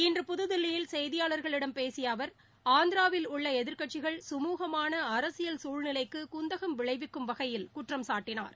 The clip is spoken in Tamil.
இன்று புதுதில்லியில் செய்தியாளர்களிடம் பேசிய அவர் ஆந்திராவில் உள்ள எதிர்க்கட்சிகள் சுமூகமான அரசியல் சூழ்நிலைக்கு குந்தகம் விளைவிக்கும் வகையில் குற்றம்சாட்டினார்